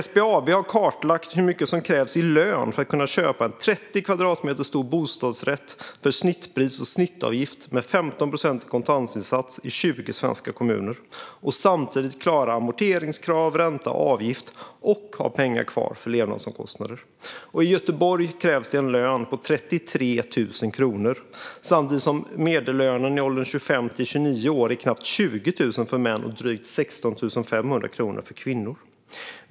SBAB har kartlagt hur mycket som krävs i lön för att kunna köpa en 30 kvadratmeter stor bostadsrätt för snittpris och med snittavgift, med 15 procent i kontantinsats, i 20 svenska kommuner och samtidigt klara amorteringskrav, ränta och avgift och ha pengar kvar för levnadsomkostnader. I Göteborg krävs en lön på 33 000 kronor. Samtidigt är medellönen i åldern 25-29 år knappt 20 000 kronor för män och drygt 16 500 kronor för kvinnor.